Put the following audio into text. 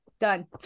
done